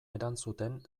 erantzuten